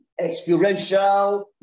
experiential